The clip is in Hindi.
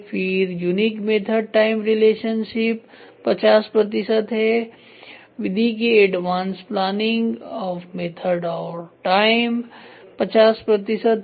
फिर यूनिक मेथड टाइम रिलेशनशिप 50 प्रतिशत है विधि की एडवांस प्लानिंग ऑफ़ मेथड और टाइम 50 प्रतिशत है